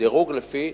דירוג לפי